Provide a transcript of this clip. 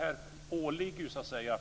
Det åligger